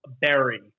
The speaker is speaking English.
Berry